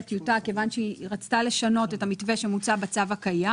טיוטה כיוון שהיא רצתה לשנות את המתווה שמוצע בצו הקיים.